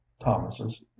Thomas's